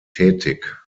tätig